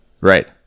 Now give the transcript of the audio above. Right